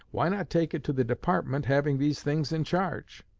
why not take it to the department having these things in charge